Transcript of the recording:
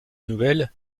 nouvelle